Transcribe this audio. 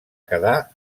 quedar